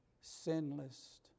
sinless